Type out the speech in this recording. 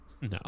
No